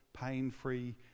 pain-free